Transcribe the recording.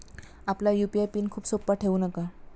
आपला UPI PIN खूप सोपा ठेवू नका